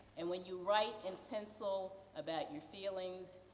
and, when your write in pencil about your feelings,